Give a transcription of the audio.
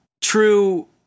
true